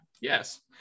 Yes